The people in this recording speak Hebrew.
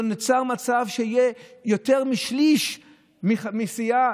לא נוצר מצב שיותר משליש מסיעה